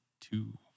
two